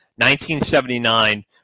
1979